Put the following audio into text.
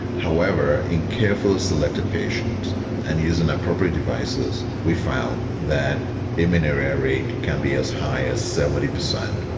however, in carefully selected patients and using appropriate devices we found that the amenorrhea rate can be as high as seventy percent.